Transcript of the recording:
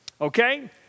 Okay